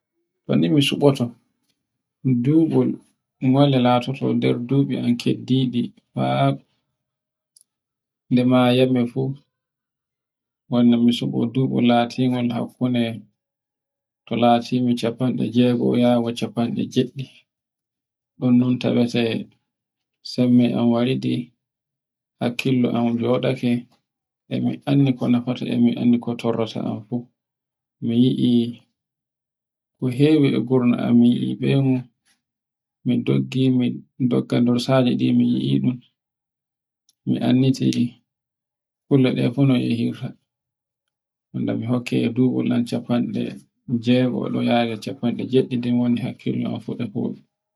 to ni mi suboto duɓol wone latoto nder duɓi an keddi di fa nde mayammi fu, gonda mi subo duɓu latingol dubu hakkunde to latide cappande jewego yawa cappande giɗɗi.ban ɗun tawete sembe an wardi, hakkilo an joɗaake, e mi anndi ko fotata e mi anndi ko torrata an du, mi yii ko hewi e gurna an mi yii ɓengu, mi doggi, mo doogi nder saje de mi yii ɗun. mi annditi kule ɗe kuno yehirta, hannde mi hokki e duɓul an cappanɗe jewego ɗun yari cappande jeweɗiɗi hakkilo an fu e fofi,